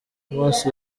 amaso